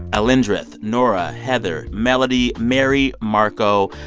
alindrith, nora, heather, melody, mary, marco.